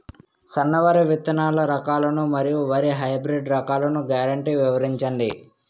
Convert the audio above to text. సన్న వరి విత్తనాలు రకాలను మరియు వరి హైబ్రిడ్ రకాలను గ్యారంటీ వివరించండి?